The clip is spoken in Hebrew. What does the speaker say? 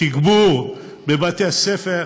תגבור בבתי-הספר.